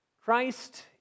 Christ